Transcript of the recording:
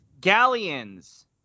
Galleons